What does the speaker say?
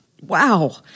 wow